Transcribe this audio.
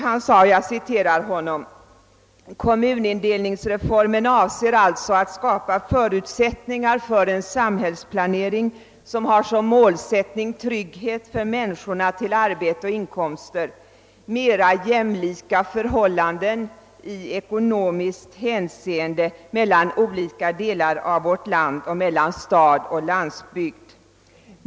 Han sade vidare: Kommunindelningsreformen avser alltså att skapa förutsättningar för en samhällsplanering som har som målsättning trygghet för människorna i arbete och inkomster, mera jämlika förhållanden i ekonomiskt hänseende mellan olika delar av vårt land och mellan stad och landsbygd.